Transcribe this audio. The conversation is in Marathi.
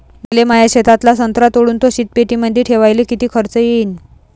मले माया शेतातला संत्रा तोडून तो शीतपेटीमंदी ठेवायले किती खर्च येईन?